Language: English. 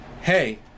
hey